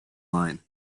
line